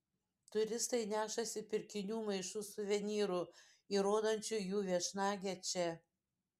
turistai nešasi pirkinių maišus suvenyrų įrodančių jų viešnagę čia